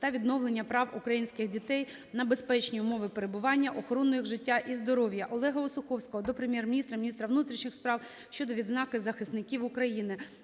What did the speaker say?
та відновлення прав українських дітей на безпечні умови перебування, охорону їх життя і здоров'я. Олега Осуховського до Прем'єр-міністра, міністра внутрішніх справ щодо відзнаки захисників України.